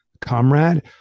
comrade